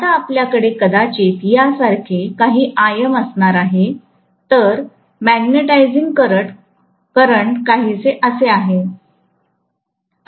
आता आपल्याकडे कदाचित या सारखे काही Im असणार आहे तर मॅगनटायझिंग करंट काहीसे असे आहे